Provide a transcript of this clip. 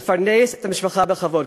לפרנס את המשפחה בכבוד.